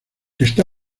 está